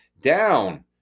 down